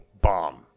bomb